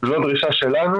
אנסה לדבר עם האוצר בנושא הזה.